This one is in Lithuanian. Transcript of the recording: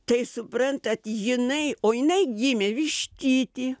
tai suprantat jinai o jinai gimė vištyty